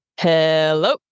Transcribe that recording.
Hello